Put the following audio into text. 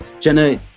Jenna